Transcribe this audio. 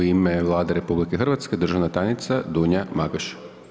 U ime Vlade RH državna tajnica Dunja Magoš.